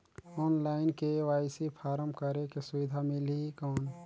Online KYC form करेके सुविधा मिली कौन?